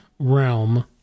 Realm